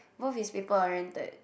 both is people oriented